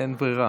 אין ברירה,